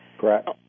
Correct